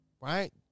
right